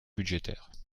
budgétaires